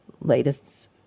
latest